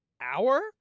hour